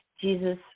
Jesus